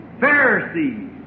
Pharisees